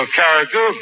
character